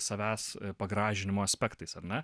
savęs pagražinimo aspektais ar ne